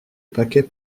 paquet